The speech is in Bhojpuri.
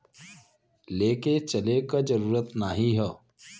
लेके चले क जरूरत नाहीं हौ